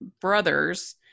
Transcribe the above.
brothers